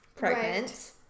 pregnant